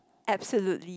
absolutely